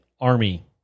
army